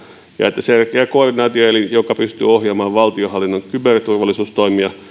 ja että selkeä koordinaatioelin joka pystyy ohjaamaan valtionhallinnon kyberturvallisuustoimia